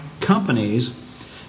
companies